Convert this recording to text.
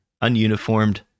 ununiformed